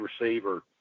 receiver